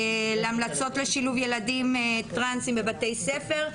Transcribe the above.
להמלצות לשילוב ילדים טרנסים בבתי ספר.